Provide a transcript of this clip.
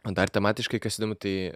o dar tematiškai kas įdomu tai